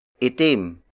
Itim